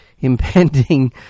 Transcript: impending